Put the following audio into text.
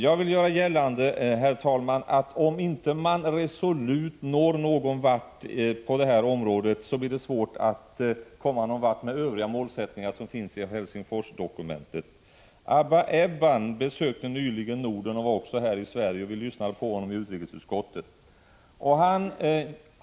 Jag vill göra gällande, herr talman, att om man inte resolut försöker komma någon vart på det här området blir det svårt att komma någon vart med övriga målsättningar i Helsingforsdokumentet. Abba Eban besökte nyligen Norden och var också här i Sverige. Vi lyssnade på honom i utrikesutskottet.